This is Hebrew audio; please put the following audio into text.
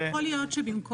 יכול להיות שבמקום,